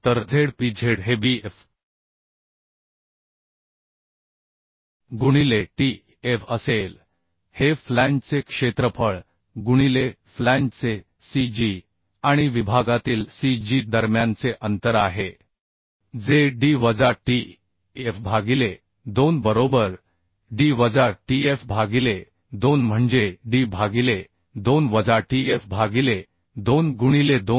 तर z p z हे b f गुणिले t f असेल हे फ्लॅंजचे क्षेत्रफळ गुणिले फ्लॅंजचे c g आणि विभागातील c g दरम्यानचे अंतर आहे जे d वजा t f भागिले 2 बरोबर d वजा t f भागिले 2 म्हणजे d भागिले 2 वजा t f भागिले 2 गुणिले 2